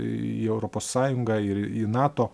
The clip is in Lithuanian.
į europos sąjungą ir į nato